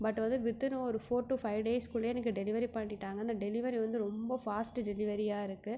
but வந்து within ஒரு four to five டேஸுக்குள்ளயே எனக்கு டெலிவரி பண்ணிவிட்டாங்க அந்த டெலிவரி வந்து ரொம்ப ஃபாஸ்ட்டு டெலிவரியாக இருக்குது